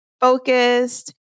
focused